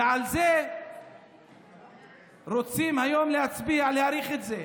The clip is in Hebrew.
ועל זה רוצים היום להצביע, להאריך את זה.